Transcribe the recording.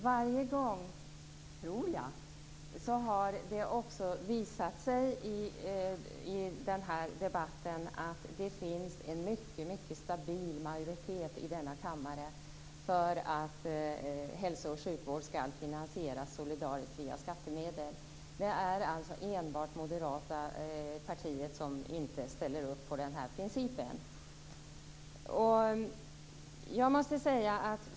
Varje gång - tror jag - har det också visat sig att det finns en mycket stabil majoritet i denna kammare för att hälso och sjukvård skall finansieras solidariskt via skattemedel. Det är alltså enbart Moderata samlingspartiet som inte ställer sig bakom denna princip.